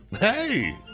Hey